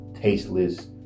tasteless